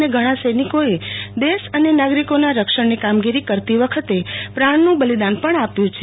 અને ઘણા સૈનિકોએ દેશ અને નાગરિકોના રક્ષણની કામગીરી કરતી વખતે પ્રાણનું બલિદાન પણ આપ્યું છે